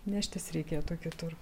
neštis reikėtų kitur